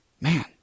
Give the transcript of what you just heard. Man